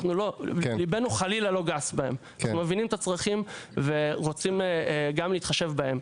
אנחנו מבינים את הצרכים ורוצים גם להתחשב בהם.